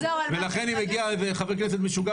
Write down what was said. ולכן אם מגיע חבר כנסת חבר כנסת משוגע